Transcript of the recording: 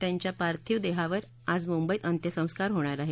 त्यांच्या पार्थिव देहावर आज मुंबईत अंत्यसंस्कार होणार आहेत